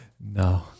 No